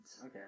Okay